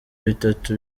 bitatu